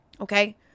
Okay